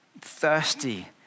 thirsty